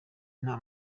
nta